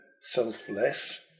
selfless